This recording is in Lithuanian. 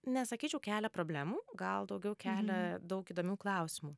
nesakyčiau kelia problemų gal daugiau kelia daug įdomių klausimų